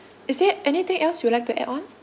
is there anything else you would like to add on